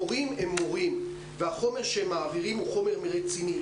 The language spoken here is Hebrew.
מורים הם מורים והחומר שהם מעבירים הוא חומר רציני.